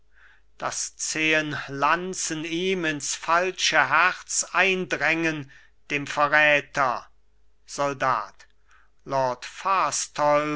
daß zehen lanzen ihm ins falsche herz eindrängen dem verräter soldat lord fastolf